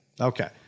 Okay